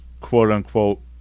quote-unquote